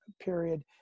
period